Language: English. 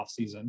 offseason